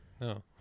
no